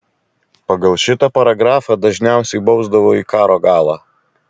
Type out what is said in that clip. pagal šitą paragrafą dažniausiai bausdavo į karo galą